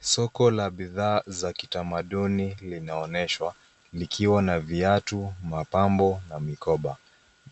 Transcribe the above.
Soko la bidhaa za kitamaduni linaonyeshwa, likiwa na viatu, mapambo na mikoba.